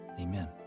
Amen